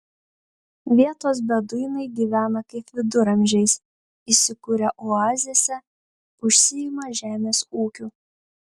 vietos beduinai gyvena kaip viduramžiais įsikūrę oazėse užsiima žemės ūkiu